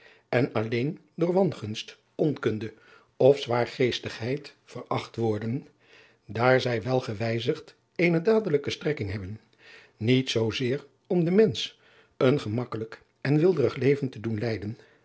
en alleen door wangunst onkunde of zwaar geestigheid veracht worden daar zij wel gewijzigd driaan oosjes zn et leven van aurits ijnslager eene dadelijke strekking hebben niet zoozeer om den mensch een gemakkelijk en weelderig leven te doen leiden